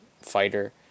fighter